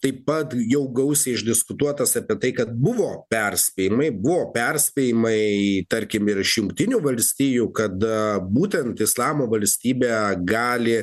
taip pat jau gausiai išdiskutuotas apie tai kad buvo perspėjimai buvo perspėjimai tarkim ir iš jungtinių valstijų kada būtent islamo valstybė gali